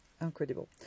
incredible